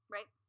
Right